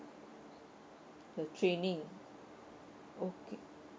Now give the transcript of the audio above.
the training okay